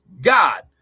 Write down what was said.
god